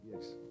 Yes